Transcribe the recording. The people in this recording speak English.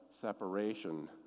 separation